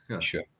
sure